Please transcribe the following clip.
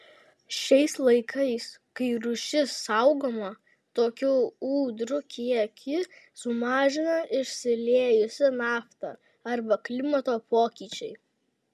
šiais laikais kai rūšis saugoma tokių ūdrų kiekį sumažina išsiliejusi nafta arba klimato pokyčiai